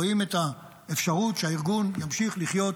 רואים את האפשרות שהארגון ימשיך לחיות